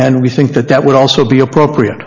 and we think that that would also be appropriate